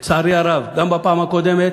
לצערי הרב, גם בפעם הקודמת,